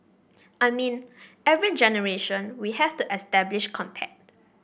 I mean every generation we have to establish contact